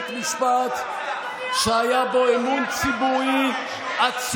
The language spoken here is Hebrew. היינו משיגים בית משפט שהיה בו אמון ציבורי עצום.